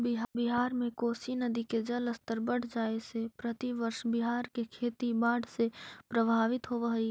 बिहार में कोसी नदी के जलस्तर बढ़ जाए से प्रतिवर्ष बिहार के खेती बाढ़ से प्रभावित होवऽ हई